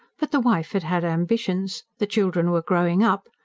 but the wife had had ambitions, the children were growing up,